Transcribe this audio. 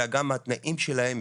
אלא גם התנאים שלהם,